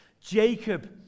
Jacob